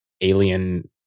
alien